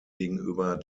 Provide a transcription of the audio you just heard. gegenüber